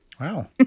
Wow